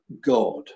God